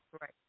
Right